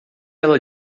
ela